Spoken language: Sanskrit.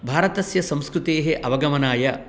भारतस्य संस्कृतेः अवगमनाय